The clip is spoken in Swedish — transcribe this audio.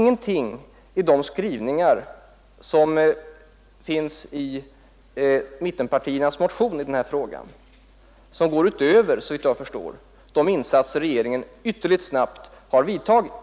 Ingenting av de skrivningar som finns i mittenpartiernas motion i den här frågan går, såvitt jag förstår, utöver de insatser regeringen ytterligt snabbt har vid tagit.